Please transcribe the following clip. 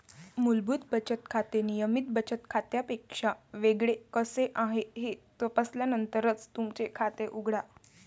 मूलभूत बचत खाते नियमित बचत खात्यापेक्षा वेगळे कसे आहे हे तपासल्यानंतरच तुमचे खाते उघडा